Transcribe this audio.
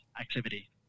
activity